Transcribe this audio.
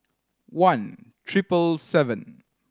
one triple seven